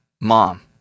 mom